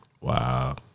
Wow